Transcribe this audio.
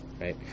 right